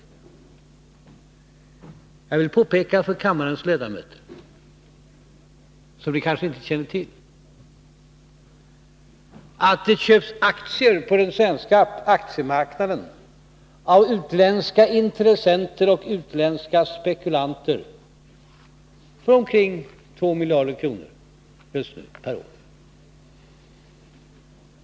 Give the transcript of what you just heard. Jag vill påpeka för kammarens ledamöter något som de kanske inte känner till, nämligen att det f. n. av utländska intressenter och utländska spekulanter köpts aktier på den svenska aktiemarknaden för omkring 2 miljarder per år.